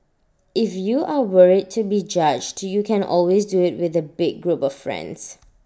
if you are worried to be judged you can always do IT with A big group of friends